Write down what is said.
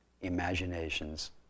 imaginations